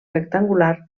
rectangular